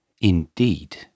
Indeed